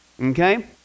Okay